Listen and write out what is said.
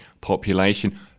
population